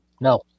No